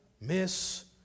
miss